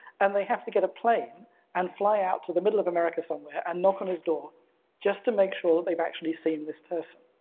and they have to get a plane and fly out to the middle of america somewhere and knock on his door just to make sure they've actually seen this person.